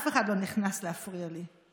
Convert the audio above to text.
אף אחד לא נכנס להפריע לי.